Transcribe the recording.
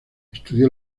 estudió